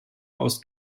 aus